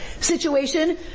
situation